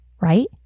right